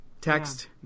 text